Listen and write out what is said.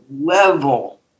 level